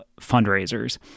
fundraisers